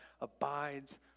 abides